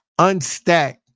unstack